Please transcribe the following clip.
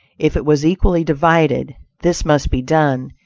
if it was equally divided this must be done,